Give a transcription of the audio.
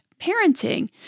parenting